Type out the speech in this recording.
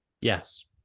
Yes